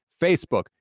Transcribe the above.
Facebook